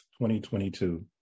2022